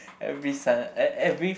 every Sunday uh every